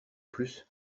plus